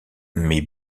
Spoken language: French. mais